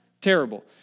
terrible